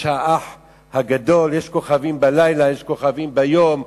יש "האח הגדול", יש כוכבים בלילה, יש כוכבים ביום,